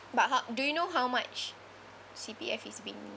but how do you know how much C_P_F is being